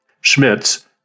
Schmitz